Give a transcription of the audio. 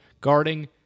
guarding